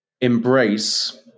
embrace